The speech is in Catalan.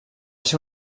ser